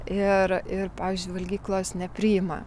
ir ir pavyzdžiui valgyklos nepriima